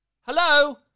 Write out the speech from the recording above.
Hello